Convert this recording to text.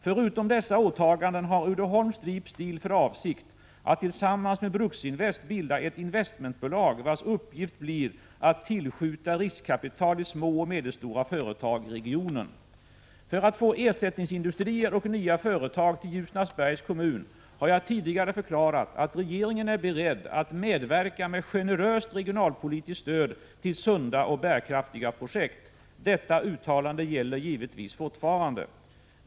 Förutom dessa åtaganden har Uddeholm Strip Steel för avsikt att tillsammans med Bruksinvest AB bilda ett investmentbolag vars uppgift blir att tillskjuta riskkapital i små och medelstora företag i regionen. För att få ersättningsindustrier och nya företag till Ljusnarsbergs kommun har jag tidigare förklarat att regeringen är beredd att medverka med generöst regionalpolitiskt stöd till sunda och bärkraftiga projekt. Detta uttalande gäller givetvis fortfarande.